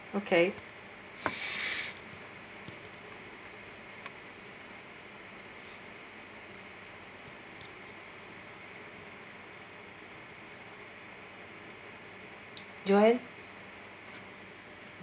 okay joanne